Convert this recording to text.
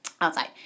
Outside